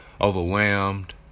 overwhelmed